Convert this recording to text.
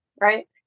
right